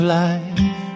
life